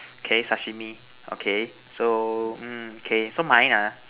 okay Sashimi okay so mm K so mine ha